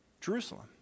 Jerusalem